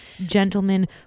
Gentlemen